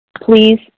please